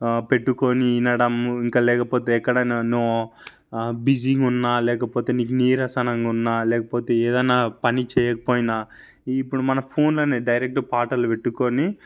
పెట్టుకుని వినడము ఇంకా లేకపోతే ఎక్కడైనా నో బిజీగా ఉన్నా లేకపోతే నీకు నీరసనంగా ఉన్నా లేకపోతే ఏదన్నా పని చేయకపోయినా ఈ ఇప్పుడు మన ఫోన్లోనే డైరెక్ట్ పాటలు పెట్టుకుని